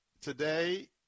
today